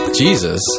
Jesus